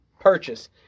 purchase